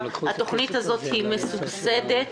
התוכנית הזאת מסובסדת,